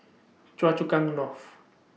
Choa Chu Kang North